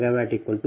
0 p